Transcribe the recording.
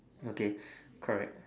okay correct